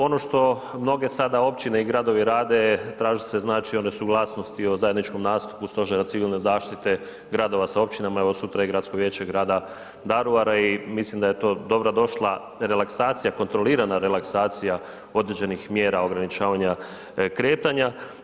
Ono što mnoge sada općine i gradovi rade traže se suglasnosti o zajedničkom nastupu Stožera civilne zaštite gradova sa općinama, evo sutra je Gradsko vijeće grada Daruvara i mislim da je to dobrodošla relaksacija, kontrolirana relaksacija određenih mjera ograničavanja kretanja.